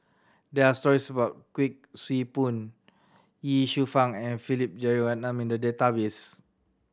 there are stories about Kuik Swee Boon Ye Shufang and Philip Jeyaretnam in the database